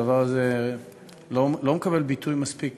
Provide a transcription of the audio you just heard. הדבר הזה לא מקבל ביטוי מספק